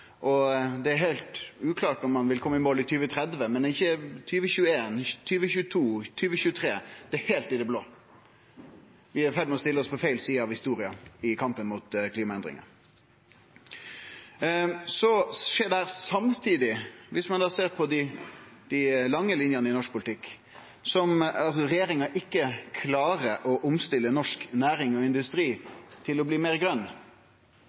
er heilt uklart om ein vil kome i mål i 2030 – eller i 2021, 2022 og 2023. Det er heilt i det blå. Vi er i ferd med å stille oss på feil side av historia i kampen mot klimaendringar. Om ein ser på dei lange linjene i norsk politikk, skjer dette samtidig med at regjeringa ikkje klarer å omstille norsk næring og industri til å bli meir